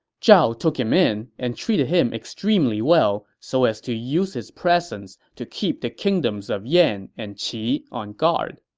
zhao took him in and treated him extremely well so as to use his presence to keep the kingdoms of yan and qi on guard